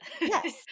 Yes